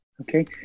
Okay